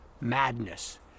madness